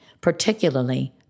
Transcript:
particularly